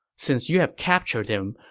since you have captured him,